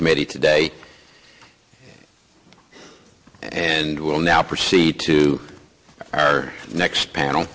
committee today and will now proceed to our next panel